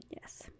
Yes